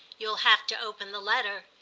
you'll have to open the letter.